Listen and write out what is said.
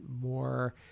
more